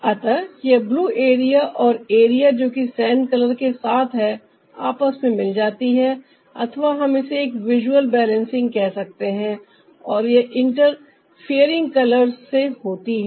अतः यह blue area और एरिया जो कि सैंड के साथ है आपस में मिल जाती है अथवा हम इसे एक विजुअल बैलेंसिंग कह सकते हैं और यह इंटरफेयरिंग कलर्स से होती है